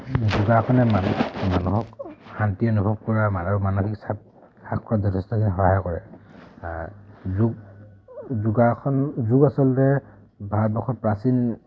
যোগাসনে মানসিক মানুহক শান্তি অনুভৱ কৰা আৰু মানসিক চাপ হ্ৰাস কৰাত যথেষ্টখিনি সহায় কৰে যোগ যোগাসন যোগ আচলতে ভাৰতবৰ্ষত প্ৰাচীন